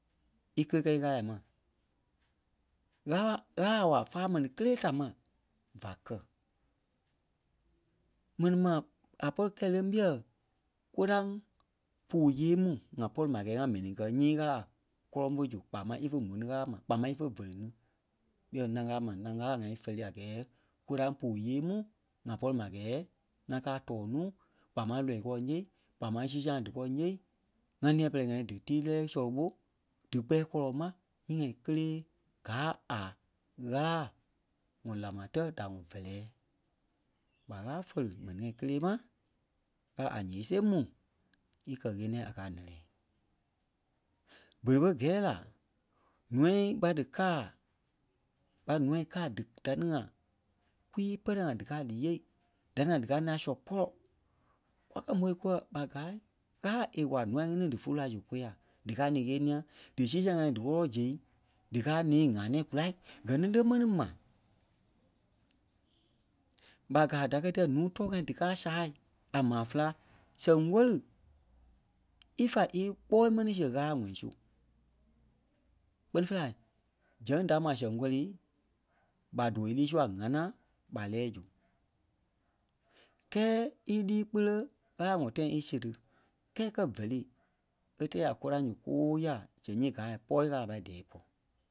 íkili kɛ́ í Ɣâla mai. Ɣâla, Ɣâla a wa fàa mɛni kèlee da ma và kɛ̀. Mɛnii ma a pɔri kɛ́ leŋ ɓîɛ kóraŋ puu yêei mu ŋa pɔri ma a gɛɛ ŋa mɛni ŋí kɛ nyii Ɣâla kɔ́lɔŋ fé zu kpaa máŋ ífe mó tí Ɣâla mai, kpaa máŋ ífe fɛli ni ɓîɛ ńâŋ Ɣâla ma, ńâŋ Ɣâla ŋa ífɛli a gɛɛ koraŋ puu yée-mu ŋa pɔri ma a gɛɛ ŋa káa a tɔɔ nuu kpaa máŋ lɔ́ii kɔɔ ńyêei, kpaa máŋ sii sɛŋ dí kɔɔ ńyêei ŋa nîa-pɛlɛɛ-ŋai dítii lɛ́lɛ sɔlɔ ɓo, dí kpɛɛ kɔlɔ mai nyii ŋai kélee gáa a Ɣâla wɔ̂ láa ma tɛ́ da wɔ̂i fɛliɛɛ. ɓa Ɣâla fɛli mɛni ŋai kélee ma, Ɣâla a ǹyee see mu í kɛ-ɣeniɛ a kɛ̀ a nɛ́lɛɛ. Berei ɓé gɛɛ la nûai ɓa díkaa ɓa nûa káa dí- da ni ŋa kwii pɛrɛ-ŋai díkaa dí ǹyêei, da ni ŋai díkaa ŋaŋ sɔ pɔlɔ kwa kɛ́ moi kuɛ ɓa gaa Ɣâla é wa nûai ŋí ni dífulu-laa su kôya díkaa ni ɣɛniɛi dí sii sɛŋ ŋai díwɔlɔ zi díkaa ni ŋa nɛ̃ɛ kúla gɛ ni lé mɛni ma. ɓa gaa da kɛ́ díyɛ̂ núu tɔɔ ŋa díkaa sáa a maa féla sɛŋ ŋwɛli ífe íkpɔɔi mɛni síɣei Ɣâla wɔi su. Kpɛ́ni fêi la zɛŋ da kɛ̀ mai sɛŋ ŋwɛ́lii ɓa dóo ílîi su a ŋ̀anaa ɓa lɛ́ɛ zu. Kɛ́ɛ ílîi kpele Ɣâla wɔi tãi í séri kɛɛ kɛ́ fɛli e tɛɛ a koraŋ su kóyaa zɛŋ nyii káa a ípɔɔ Ɣâla a pâi dɛɛ ípɔ.